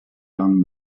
young